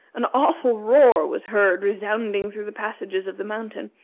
an awful roar was heard resounding through the passages of the mountain,